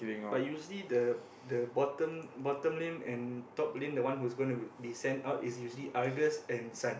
but usually the the bottom bottom lane and top lane the one who is going to be send out is usually Argus and Sun